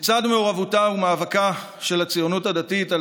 לצד מעורבותה ומאבקה של הציונות הדתית על